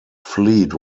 fleet